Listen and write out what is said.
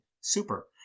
Super